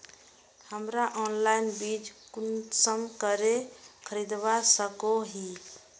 हमरा ऑनलाइन बीज कुंसम करे खरीदवा सको ही?